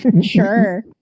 sure